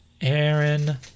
Aaron